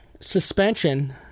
Suspension